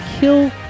Kill